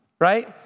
Right